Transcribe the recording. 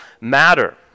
matter